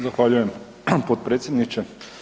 Zahvaljujem potpredsjedniče.